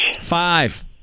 Five